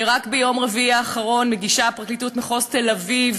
רק ביום רביעי האחרון מגישה פרקליטות מחוז תל-אביב